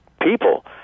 people